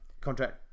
contract